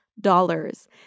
dollars